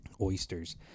Oysters